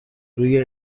روی